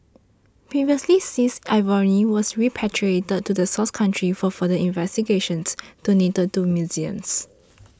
previously seized ivory was repatriated to the source country for further investigations donated to museums